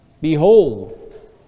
Behold